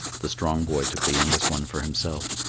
the strong boy took the youngest one for himself,